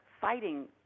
fighting